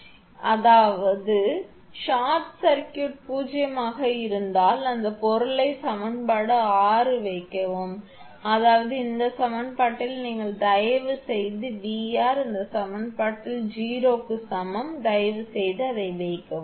எனவே அது short circuit பூஜ்ஜியமாக இருந்தால் அந்த பொருளை சமன்பாடு 6 வைக்கவும் அதாவது இந்த சமன்பாட்டில் நீங்கள் தயவு செய்து 𝑉𝑟 இந்த சமன்பாட்டில் 0 க்கு சமம் தயவுசெய்து அதை வைக்கவும்